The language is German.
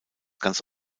ganz